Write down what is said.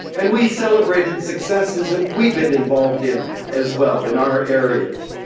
and we celebrated successes that we'd been involved in as well in our areas.